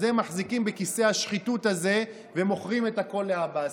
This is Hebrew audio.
אז הם מחזיקים בכיסא השחיתות הזה ומוכרים את הכול לעבאס.